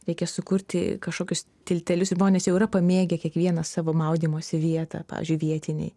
reikia sukurti kažkokius tiltelius žmonės jau yra pamėgę kiekvienas savo maudymosi vietą pavyzdžiui vietiniai